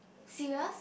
serious